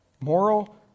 moral